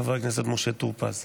חבר הכנסת משה טור פז.